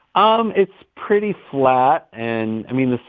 um it's pretty flat. and, i mean,